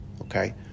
okay